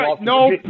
No